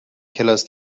کلاس